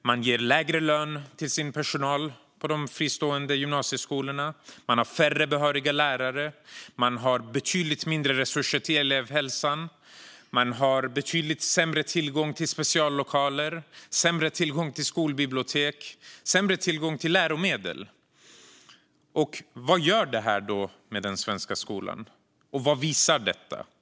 Man ger lägre lön till sin personal på de fristående gymnasieskolorna. Man har färre behöriga lärare, betydligt mindre resurser till elevhälsan, betydligt sämre tillgång till speciallokaler, sämre tillgång till skolbibliotek och sämre tillgång till läromedel. Vad gör då det här med den svenska skolan, och vad visar det?